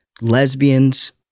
lesbians